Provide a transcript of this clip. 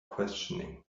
questioning